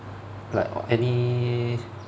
like any